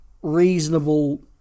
reasonable